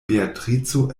beatrico